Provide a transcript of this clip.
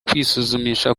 kwisuzumisha